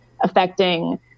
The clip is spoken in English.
affecting